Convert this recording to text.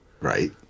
right